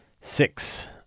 Six